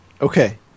Okay